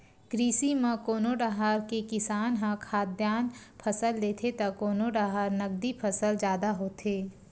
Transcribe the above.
कृषि म कोनो डाहर के किसान ह खाद्यान फसल लेथे त कोनो डाहर नगदी फसल जादा होथे